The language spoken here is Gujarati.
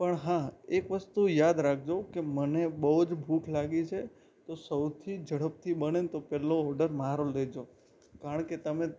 પણ હા એક વસ્તુ યાદ રાખજો કે મને બહુ જ ભૂખ લાગી છે તો સૌથી ઝડપથી બને ને તો સૌથી પહેલો ઓડર મારો જ લેજો કારણ કે તમે